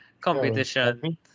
competition